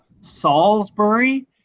Salisbury